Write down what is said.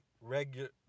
regular